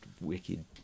wicked